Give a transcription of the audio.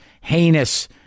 heinous